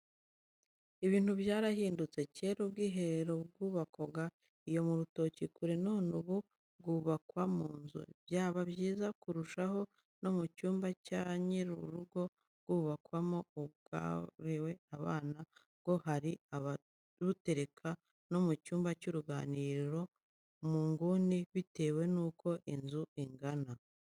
Ibintu byarahindutse, cyera ubwiherero bwubakwaga iyo mu rutoki kure, none ubu bwubakwa mu nzu, byaba byiza kurushaho no mu cyumba cya nyir'urugo bwubakwamo, ubwakorewe abana bwo hari ababutereka no mu cyumba cy'uruganiriro mu nguni, bitewe n'uko inzu ingana.